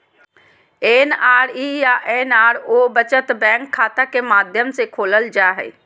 NRE या NRO बचत bank खाता के माध्यम से खोलल जा हइ